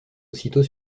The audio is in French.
aussitôt